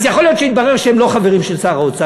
אז יכול להיות שהתברר שהם לא חברים של שר האוצר.